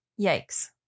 Yikes